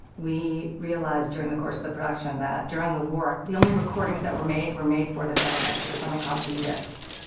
we realized during the course of the production that during the war, the only recordings that were made were made for the government for something called v disks.